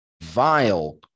vile